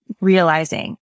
realizing